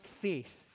faith